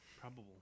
Probable